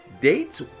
dates